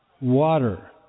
Water